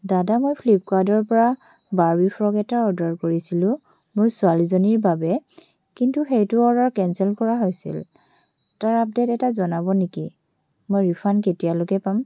দাদা মই ফ্লিপকাৰ্টৰ পৰা বাৰ্বী ফ্ৰক এটা অৰ্ডাৰ কৰিছিলোঁ মোৰ ছোৱালীজনীৰ বাবে কিন্তু সেইটো অৰ্ডাৰ কেঞ্চেল কৰা হৈছিল তাৰ আপডেট এটা জনাব নেকি মই ৰিফাণ্ড কেতিয়ালৈকে পাম